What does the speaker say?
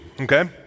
okay